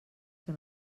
que